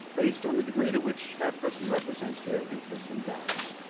based on the degree to which that person represents their interests and values.